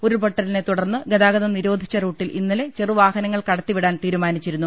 ഉരുൾപൊട്ടലിനെ തുടർന്ന് ഗതാഗതം നിരോധിച്ച റൂട്ടിൽ ഇന്നലെ ചെറുവാഹനങ്ങൾ കടത്തി വിടാൻ തീരുമാനിച്ചിരുന്നു